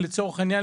לצורך העניין,